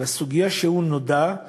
על הסוגיה שנודעה